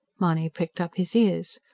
mahony pricked up his ears.